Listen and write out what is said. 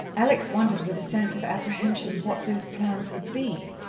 alex wondered with a sense of apprehension what those plans would be.